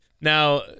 Now